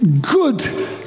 good